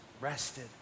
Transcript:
rested